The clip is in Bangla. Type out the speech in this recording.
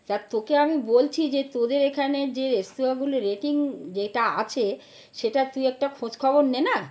যাক তোকে আমি বলছি যে তোদের এখানের যে রেস্তোরাঁগুলো রেটিং যেটা আছে সেটা তুই একটা খোঁজ খবর নে না